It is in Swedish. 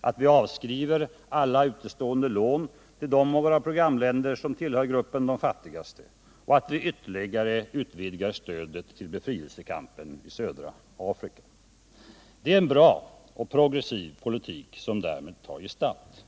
att vi avskriver alla utestående lån till de av våra programländer som tillhör gruppen de fattigaste och att vi ytterligare utvidgar stödet till befrielsekampen i södra Afrika. Det är en bra och progressiv politik som därmed tar gestalt.